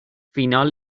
فینال